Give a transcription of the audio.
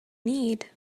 need